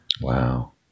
Wow